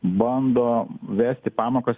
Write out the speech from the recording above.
bando vesti pamokas